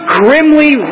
grimly